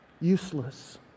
useless